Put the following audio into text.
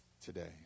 today